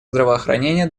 здравоохранение